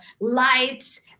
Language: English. lights